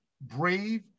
brave